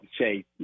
say